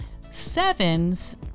Sevens